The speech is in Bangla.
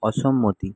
অসম্মতি